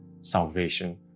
salvation